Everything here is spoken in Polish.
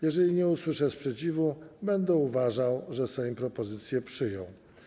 Jeżeli nie usłyszę sprzeciwu, będę uważał, że Sejm propozycję przyjął.